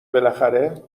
بالاخره